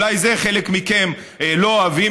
אולי את זה חלק מכם לא אוהבים.